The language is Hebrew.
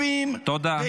-- השבויים והחטופים בעסקה.